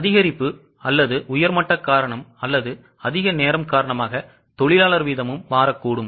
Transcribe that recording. அதிகரிப்பு அல்லது உயர் மட்ட காரணம் அல்லது அதிக நேரம் காரணமாக தொழிலாளர் வீதமும் மாறக்கூடும்